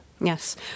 Yes